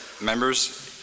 members